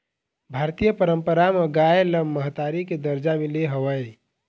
भारतीय पंरपरा म गाय ल महतारी के दरजा मिले हवय